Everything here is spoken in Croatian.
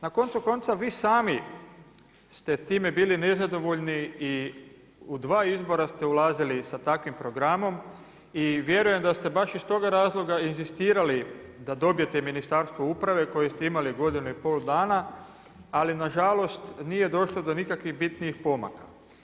Na koncu konca vi sami ste s time bili nezadovoljni i u 2 izbora ste ulazili s takvim programom i vjerujem da ste baš iz toga razloga inzistirali da dobijete Ministarstvo uprave, koje ste imali godinu i pol dana, ali nažalost, nije došlo do nikakvih bitnijih pomaka.